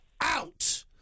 out